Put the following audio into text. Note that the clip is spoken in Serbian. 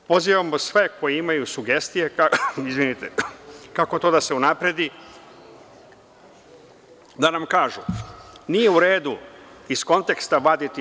Pozivamo sve koji imaju sugestije kako to da se unapredi da nam kažu – nije u redu iz konteksta vaditi.